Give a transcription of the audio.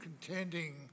contending